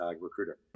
recruiter